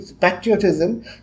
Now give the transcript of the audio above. Patriotism